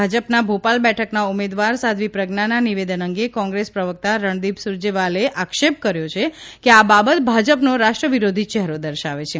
ભાજપના ભોપાલ બેઠકના ઉમેદવાર સાધ્વી પ્રજ્ઞાના નિવેદન અંગે કોંગ્રેસ પ્રવકતા રજ઼દીપ સુરજેવાલાએ આક્ષેપ કર્યો કે આ બાબત ભાજપનો રાષ્ટ્રવિરોધી ચહેરો દશવિ છે